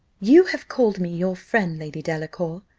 you have called me your friend, lady delacour,